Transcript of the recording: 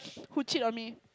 who cheat on me